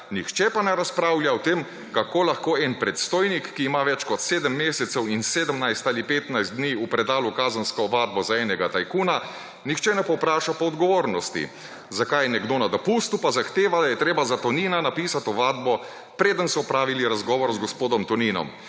nihče pa ne razpravlja o tem, kako lahko en predstojnik, ki ima več kot 7 mesecev in 17 ali 15 dni v predalu kazensko ovadbo za enega tajkuna. Nihče ne povpraša po odgovornosti, zakaj je nekdo na dopustu, pa zahteva, da je treba za Tonina napisati ovadbo, preden so opravili razgovor z gospodom Toninom.